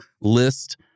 list